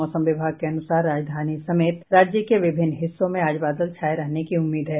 मौसम विभाग के अनुसार राजधानी समेत राज्य के विभिन्न हिस्सों में आज बादल छाये रहने की उम्मीद है